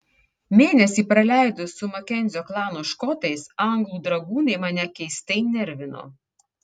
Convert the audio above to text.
mėnesį praleidus su makenzio klano škotais anglų dragūnai mane keistai nervino